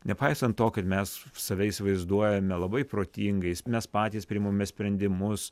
nepaisant to kad mes save įsivaizduojame labai protingais mes patys priimame sprendimus